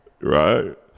Right